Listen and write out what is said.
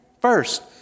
first